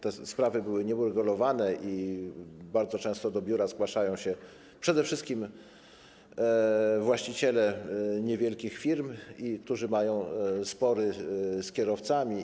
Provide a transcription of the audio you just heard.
Te sprawy były nieuregulowane i bardzo często do biura zgłaszają się przede wszystkim właściciele niewielkich firm, którzy mają spory z kierowcami.